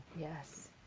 yes